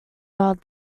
world